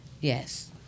Yes